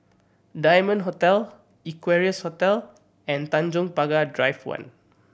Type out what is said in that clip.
Diamond Hotel Equarius Hotel and Tanjong Pagar Drive One